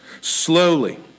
Slowly